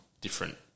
different